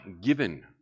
given